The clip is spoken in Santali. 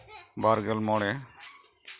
ᱵᱟᱨᱜᱮᱞ ᱢᱚᱬᱮ